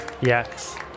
Yes